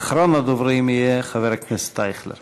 אחרון הדוברים יהיה חבר הכנסת אייכלר.